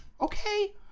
okay